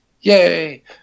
yay